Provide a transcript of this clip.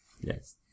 Yes